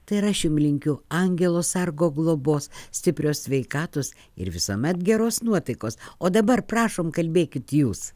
tai ir aš jum linkiu angelo sargo globos stiprios sveikatos ir visuomet geros nuotaikos o dabar prašom kalbėkit jūs